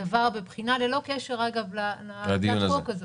הדבר בבחינה ללא קשר, אגב, להצעת חוק הזאת.